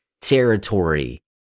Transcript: territory